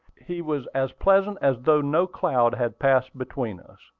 he was as pleasant as though no cloud had passed between us.